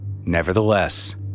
nevertheless